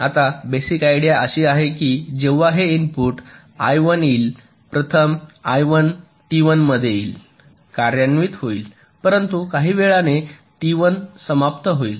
आता basic idea अशी आहे की जेव्हा हे इनपुट I1 येईल प्रथम I1 टी 1 मध्ये येईल कार्यान्वित होईल परंतु काही वेळाने टी1 समाप्त होईल